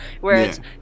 whereas